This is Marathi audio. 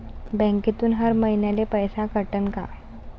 बँकेतून हर महिन्याले पैसा कटन का?